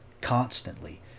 constantly